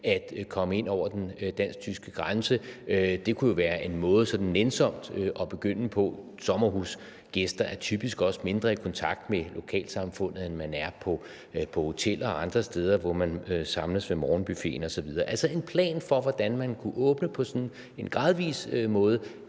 at komme ind over den dansk-tyske grænse? Det kunne jo være en nænsom måde at begynde på. Sommerhusgæster er typisk også mindre i kontakt med lokalsamfundet end turister på hoteller og andre steder, hvor man samles ved morgenbuffeten osv. Altså en plan for, hvordan man kunne åbne på en gradvis måde,